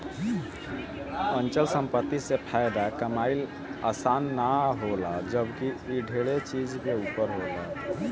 अचल संपत्ति से फायदा कमाइल आसान ना होला जबकि इ ढेरे चीज के ऊपर होला